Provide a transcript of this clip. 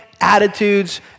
attitudes